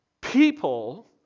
People